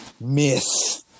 miss